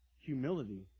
Humility